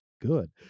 good